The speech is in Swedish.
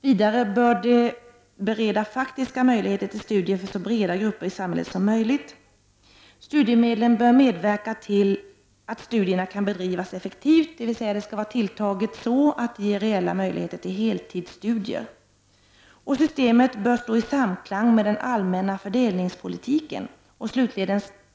Vidare bör det bereda faktiska möjligheter till studier för så breda grupper i samhället som möjligt. Studiemedlen bör medverka till att studierna kan bedrivas effektivt, dvs. vara tilltaget så att det ger reella möjligheter till heltidsstudier. Systemet bör stå i samklang med den allmänna fördelningspolitiken.